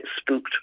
spooked